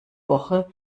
woche